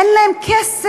אין להם כסף,